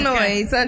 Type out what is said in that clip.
noise